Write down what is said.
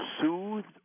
soothed